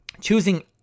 Choosing